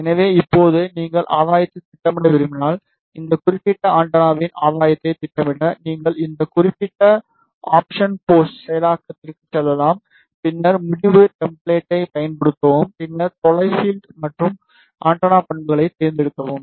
எனவே இப்போது நீங்கள் ஆதாயத்தைத் திட்டமிட விரும்பினால் இந்த குறிப்பிட்ட ஆண்டெனாவின் ஆதாயத்தைத் திட்டமிட நீங்கள் இந்த குறிப்பிட்ட ஆப்சன் போஸ்ட் செயலாக்கத்திற்குச் செல்லலாம் பின்னர் முடிவு டெம்ப்ளட்டை பயன்படுத்தவும் பின்னர் தொலை பீல்ட் மற்றும் ஆண்டெனா பண்புகளைத் தேர்ந்தெடுக்கவும்